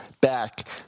back